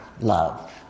love